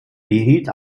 behielt